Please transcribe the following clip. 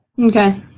Okay